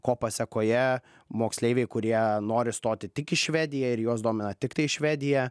ko pasekoje moksleiviai kurie nori stoti tik į švediją ir juos domina tiktai švedija